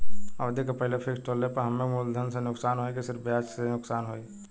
अवधि के पहिले फिक्स तोड़ले पर हम्मे मुलधन से नुकसान होयी की सिर्फ ब्याज से नुकसान होयी?